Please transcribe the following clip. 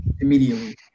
immediately